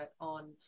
on